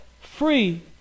Free